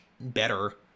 better